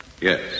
Yes